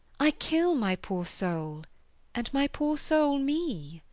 i kill my poor soul and my poor soul me.